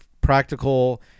practical